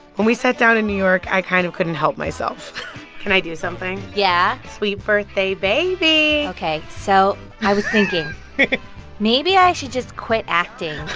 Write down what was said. when we sat down in new york, i kind of couldn't help myself can i do something? yeah sweet birthday baby ok. so i was thinking maybe i should just quit acting.